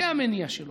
זה המניע שלו,